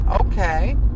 Okay